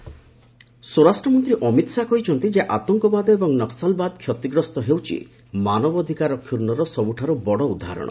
Amit Shah human rights ସ୍ୱରାଷ୍ଟ୍ରମନ୍ତ୍ରୀ ଅମିତ ଶାହା କହିଛନ୍ତି ଯେ ଆତଙ୍କବାଦ ଏବଂ ନକ୍କଲବାଦ କ୍ଷତିଗ୍ରସ୍ତ ହେଉଛି ମାନବାଧିକାର କ୍ଷର୍ଣ୍ଣର ସବୁଠାରୁ ବଡ଼ ଉଦାହରଣ